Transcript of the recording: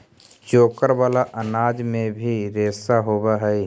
चोकर वाला अनाज में भी रेशा होवऽ हई